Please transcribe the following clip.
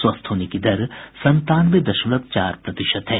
स्वस्थ होने की दर संतानवे दशमलव चार प्रतिशत है